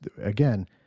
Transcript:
again